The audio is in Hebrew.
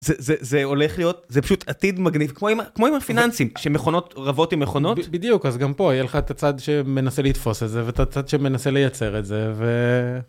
זה הולך להיות זה פשוט עתיד מגניב כמו עם הפיננסים שמכונות רבות עם מכונות בדיוק אז גם פה יהיה לך את הצד שמנסה לתפוס את זה ואת הצד שמנסה לייצר את זה.